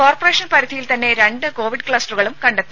corporation പരിധിയിൽ തന്നെ രണ്ട് കോവിഡ് ക്ലസ്റ്ററുകളും കണ്ടെത്തി